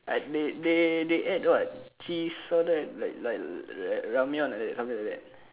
I they they they add what cheese all that like like like ramyeon like that something like that